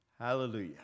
Hallelujah